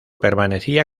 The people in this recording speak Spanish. permanecía